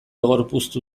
gorpuztu